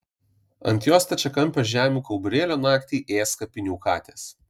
ant jos stačiakampio žemių kauburėlio naktį ės kapinių katės